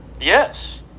Yes